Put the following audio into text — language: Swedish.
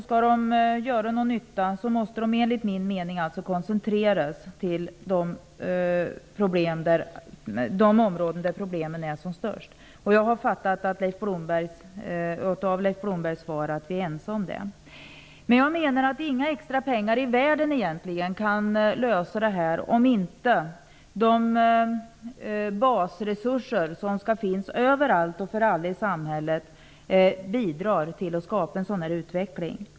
Skall de göra någon nytta måste de alltså enligt min mening koncentreras till de områden där problemen är som störst. Jag har förstått av Leif Blombergs svar att vi är ense om det. Inga extrapengar i världen kan egentligen lösa problemet om inte de basresurser som skall finnas över allt och för alla i samhället bidrar till att skapa en bra utveckling.